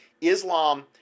Islam